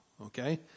okay